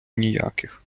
ніяких